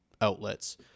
outlets